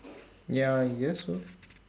ya I guess so